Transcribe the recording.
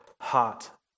hot